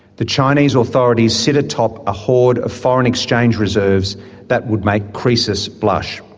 the chinese authorities sit atop a hoard of foreign exchange reserves that would make croesus blush.